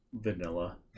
Vanilla